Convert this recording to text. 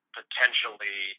potentially